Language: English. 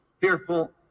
fearful